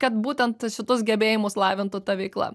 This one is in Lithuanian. kad būtent šitus gebėjimus lavintų ta veikla